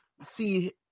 see